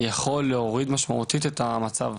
יכול להוריד משמעותית את המצב.